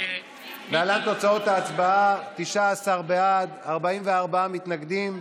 להלן תוצאות ההצבעה: 19 בעד, 44 מתנגדים,